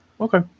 Okay